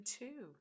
two